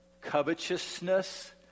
covetousness